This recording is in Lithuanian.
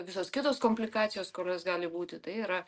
visos kitos komplikacijos kurios gali būti tai yra